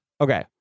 Okay